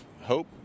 hope